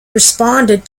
responded